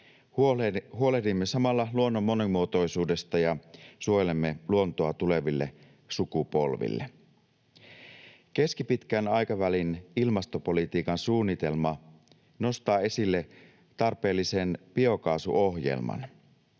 huolehdimme samalla luonnon monimuotoisuudesta ja suojelemme luontoa tuleville sukupolville. Keskipitkän aikavälin ilmastopolitiikan suunnitelma nostaa esille tarpeellisen biokaasuohjelman.